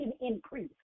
increase